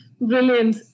Brilliant